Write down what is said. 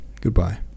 Goodbye